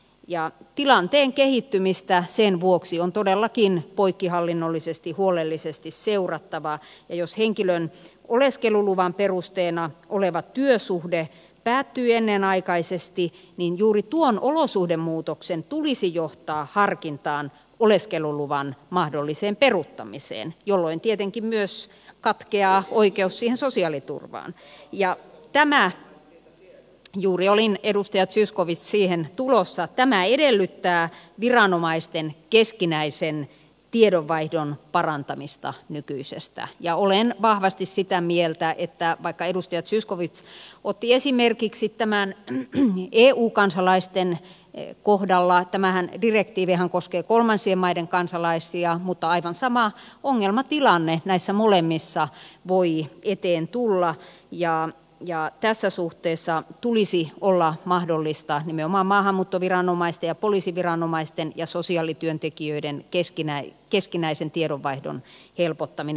sen vuoksi tilanteen kehittymistä on todellakin poikkihallinnollisesti huolellisesti seurattava ja jos henkilön oleskeluluvan perusteena oleva työsuhde päättyy ennenaikaisesti niin juuri tuon olosuhdemuutoksen tulisi johtaa harkintaan oleskeluluvan mahdolliseen peruuttamiseen jolloin tietenkin myös katkeaa oikeus siihen sosiaaliturvaan ja tämä juuri olin edustaja zyskowicz siihen tulossa edellyttää viranomaisten keskinäisen tiedonvaihdon parantamista nykyisestä ja olen vahvasti sitä mieltä että edustaja zyskowicz otti esimerkiksi tämän eu kansalaisten kohdalla ja tämä direktiivihän koskee kolmansien maiden kansalaisia mutta aivan sama ongelmatilanne näissä molemmissa voi eteen tulla tässä suhteessa tulisi olla mahdollista nimenomaan maahanmuuttoviranomaisten ja poliisiviranomaisten ja sosiaalityöntekijöiden keskinäisen tiedonvaihdon helpottaminen